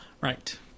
Right